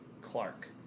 Clark